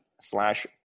slash